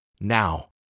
Now